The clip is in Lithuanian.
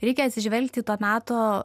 reikia atsižvelgti į to meto